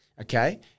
okay